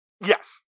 Yes